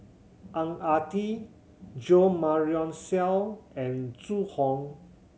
Ang Ah Tee Jo Marion Seow and Zhu Hong